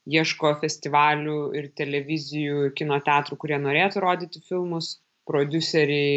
ieško festivalių ir televizijų ir kino teatrų kurie norėtų rodyti filmus prodiuseriai